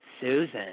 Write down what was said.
Susan